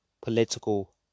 political